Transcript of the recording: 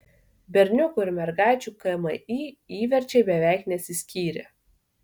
berniukų ir mergaičių kmi įverčiai beveik nesiskyrė